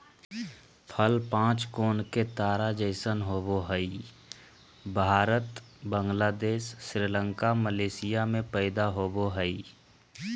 फल पांच कोण के तारा जैसन होवय हई भारत, बांग्लादेश, श्रीलंका, मलेशिया में पैदा होवई हई